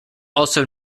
also